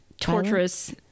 torturous